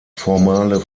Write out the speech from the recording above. formale